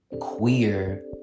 queer